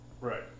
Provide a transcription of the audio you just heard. Right